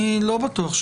אני לא בטוח,